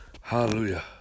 Hallelujah